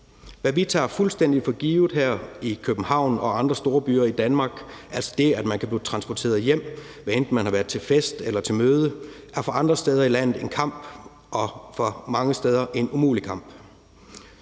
Hvad vi tager fuldstændig for givet her i København og andre storbyer i Danmark, altså det, at man kan blive transporteret hjem, hvad enten man har været til fest eller til møde, er for andre andre steder i landet en kamp, og mange steder er det en umulig kamp.